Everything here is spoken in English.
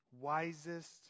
wisest